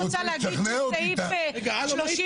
סעיף